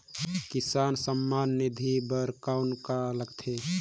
किसान सम्मान निधि बर कौन का लगथे?